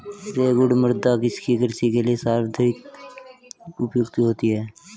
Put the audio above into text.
रेगुड़ मृदा किसकी कृषि के लिए सर्वाधिक उपयुक्त होती है?